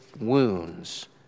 wounds